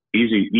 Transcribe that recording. easy